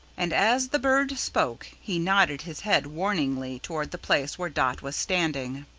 and as the bird spoke he nodded his head warningly towards the place where dot was standing.